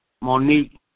Monique